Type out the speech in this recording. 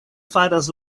faras